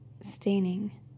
staining